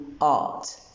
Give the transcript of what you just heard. Art